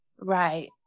right